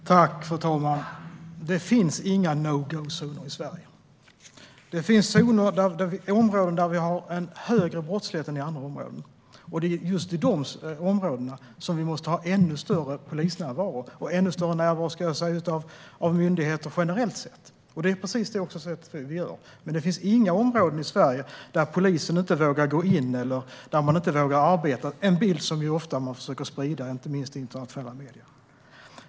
Fru talman! Det finns inga no-go-zoner i Sverige. Det finns områden där vi har en högre brottslighet än i andra områden, och det är just i de områdena som vi måste ha en ännu större polisnärvaro och en ännu större närvaro, ska jag säga, av myndigheter generellt sett. Det är precis detta vi gör. Men det finns inga områden i Sverige där polisen inte vågar gå in eller där de inte vågar arbeta - det är en bild som man ofta försöker sprida, inte minst i internationella medier.